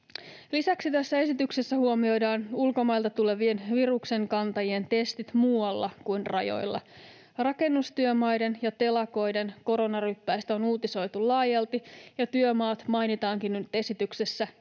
Lisäksi tässä esityksessä huomioidaan ulkomailta tulevien viruksen kantajien testit muualla kuin rajoilla. Rakennustyömaiden ja telakoiden koronaryppäistä on uutisoitu laajalti, ja työmaat mainitaankin nyt esityksessä